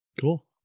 Cool